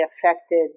affected